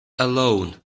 alone